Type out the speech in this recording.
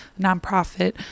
nonprofit